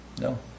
No